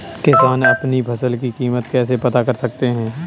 किसान अपनी फसल की कीमत कैसे पता कर सकते हैं?